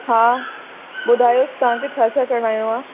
हा ॿुधायो तव्हांखे छा छा करवाइणो आहे